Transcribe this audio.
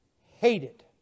hated